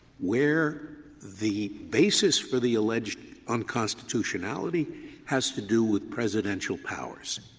where the basis for the alleged unconstitutionality has to do with presidential powers.